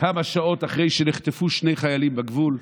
כמה שעות אחרי שנחטפו שני חיילים בגבול,